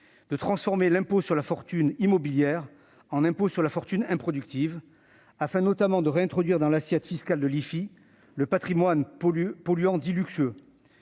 de transformer l'impôt sur la fortune immobilière (IFI) en impôt sur la fortune improductive, afin notamment de réintroduire dans l'assiette fiscale de l'IFI le patrimoine polluant dit « luxueux